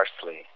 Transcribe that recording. parsley